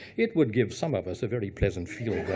it would give some of us a very pleasant feel